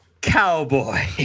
Cowboy